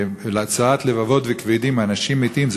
להוצאת לבבות וכבדים מאנשים מתים,